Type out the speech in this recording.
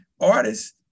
artists